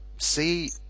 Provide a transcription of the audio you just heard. see